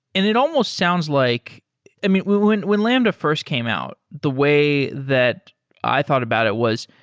and it almost sounds like i mean, when when lambda first came out, the way that i thought about it was,